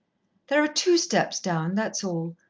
there are two steps down, that's all.